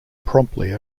promptly